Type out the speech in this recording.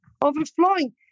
overflowing